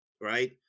right